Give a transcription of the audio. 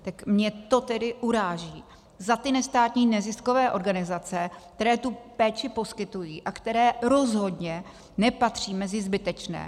Tak mě to tedy uráží za ty neziskové organizace, které tu péči poskytují a které rozhodně nepatří mezi zbytečné.